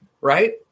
right